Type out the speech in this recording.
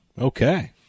Okay